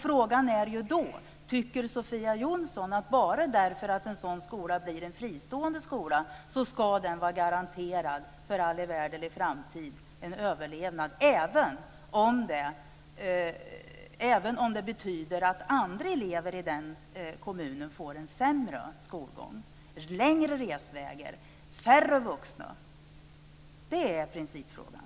Frågan är då: Tycker Sofia Jonsson att bara därför att en sådan skola blir en fristående skola så ska den för all evärdlig framtid vara garanterad en överlevnad, även om det betyder att andra elever i den kommunen får en sämre skolgång, längre resvägar och färre vuxna? Det är principfrågan.